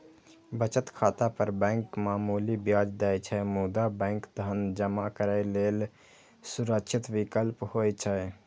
बचत खाता पर बैंक मामूली ब्याज दै छै, मुदा बैंक धन जमा करै लेल सुरक्षित विकल्प होइ छै